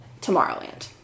Tomorrowland